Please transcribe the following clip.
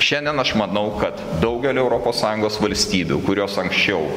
šiandien aš manau kad daugelio europos sąjungos valstybių kurios anksčiau